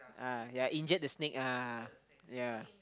ah yea injured the snake ah yea